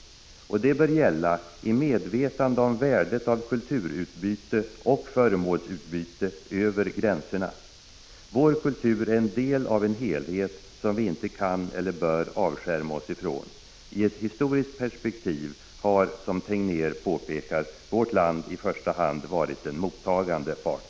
Och det bör gälla i medvetande om värdet av kulturutbyte och föremålsutbyte över gränserna. Vår kultur är en del av en helhet som vi inte kan eller bör avskärma oss ifrån. I ett historiskt perspektiv har, som Tegnér påpekar, vårt land i första hand varit den mottagande parten.